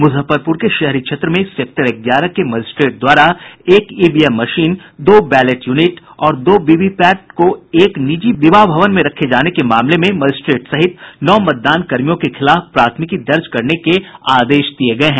मुजफ्फरपुर के शहरी क्षेत्र में सेक्टर ग्यारह के मजिस्ट्रेट द्वारा एक ईवीएम मशीन दो बैलेट यूनिट और दो वीवीपैट को एक निजी विवाह भवन में रखे जाने के मामले में मजिस्ट्रेट सहित नौ मतदान कर्मियों के खिलाफ प्राथमिकी दर्ज करने के आदेश दिये गये हैं